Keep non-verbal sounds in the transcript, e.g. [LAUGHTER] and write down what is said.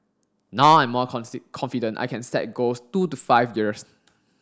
now I'm more [UNINTELLIGIBLE] confident I can set goals two to five years